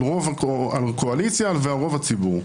על הקואליציה ועל רוב הציבור.